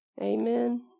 Amen